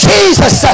Jesus